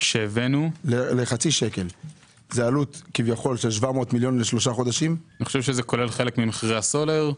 אני חושב שזה כולל חלק ממחיר הסולר.